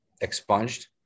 expunged